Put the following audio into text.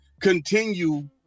continue